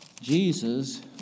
Jesus